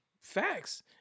Facts